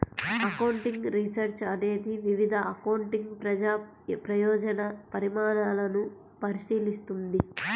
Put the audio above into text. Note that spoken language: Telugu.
అకౌంటింగ్ రీసెర్చ్ అనేది వివిధ అకౌంటింగ్ ప్రజా ప్రయోజన పరిణామాలను పరిశీలిస్తుంది